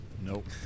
Nope